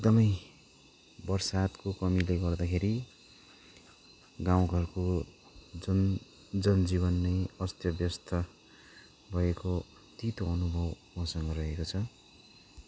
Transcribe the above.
एकदमै बर्षाको कमिले गर्दाखेरि गाउँ घरको जुन जनजीवन नै अस्त व्यस्त भएको तितो अनुभव मसँग रहेको छ